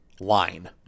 line